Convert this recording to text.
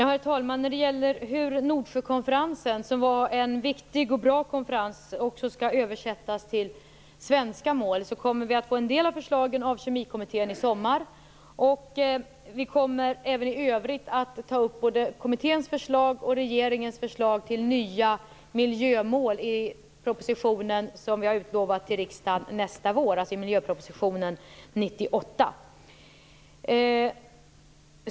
Herr talman! När det gäller hur resultatet av Nordsjökonferensen, som var en viktig och bra konferens, också skall översättas till svenska mål vill jag svara att vi kommer att få en del av förslagen av Kemikommittén i sommar. Vi kommer även i övrigt att ta upp både kommitténs förslag och regeringens förslag till nya miljömål i den miljöproposition som vi har lovat till riksdagen nästa vår, 1998.